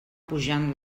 pujant